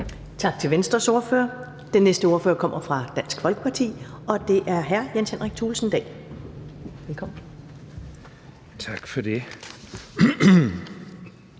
Tak til Venstres ordfører. Den næste ordfører kommer fra Dansk Folkeparti, og det er hr. Jens Henrik Thulesen Dahl. Velkommen. Kl.